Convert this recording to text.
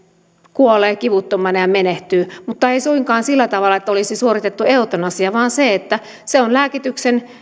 kuolee kivuttomana ja menehtyy mutta ei suinkaan sillä tavalla että olisi suoritettu eutanasia vaan se on lääkityksen